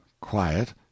quiet